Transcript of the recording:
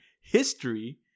history